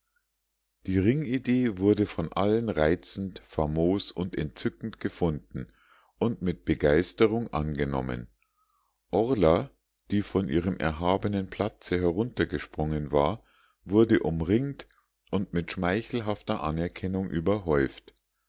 die ringidee wurde von allen reizend famos und entzückend gefunden und mit begeisterung angenommen orla die von ihrem erhabenen platze heruntergesprungen war wurde umringt und mit schmeichelhafter anerkennung überhäuft